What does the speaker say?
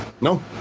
No